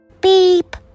Beep